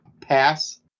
pass